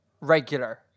regular